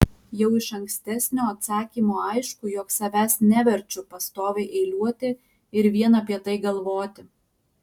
jau iš ankstesnio atsakymo aišku jog savęs neverčiu pastoviai eiliuoti ir vien apie tai galvoti